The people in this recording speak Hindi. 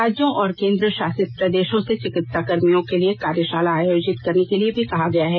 राज्यों और केन्द्रशासित प्रदेशों से चिकित्सा कर्भियों के लिए कार्यशाला आयोजित करने के लिए भी कहा गया है